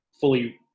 fully